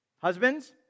Husbands